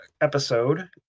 episode